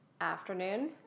afternoon